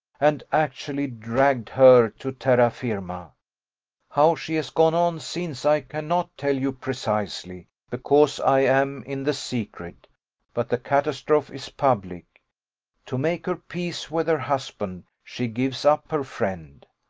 and actually dragged her to terra firma how she has gone on since i cannot tell you precisely, because i am in the secret but the catastrophe is public to make her peace with her husband, she gives up her friend.